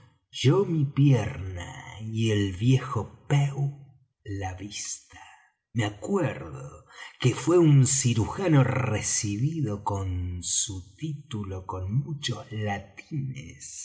yo mi pierna y el viejo pew la vista me acuerdo que fué un cirujano recibido con su título con muchos latines